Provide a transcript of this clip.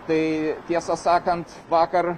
tai tiesą sakant vakar